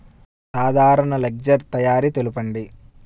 సాధారణ లెడ్జెర్ తయారి తెలుపండి?